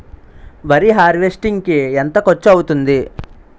వరి హార్వెస్టింగ్ కి ఎంత ఖర్చు అవుతుంది?